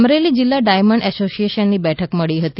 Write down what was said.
અમરેલી જિલ્લા ડાયમન્ડ એસોસિએશનની બેઠક મળી હતી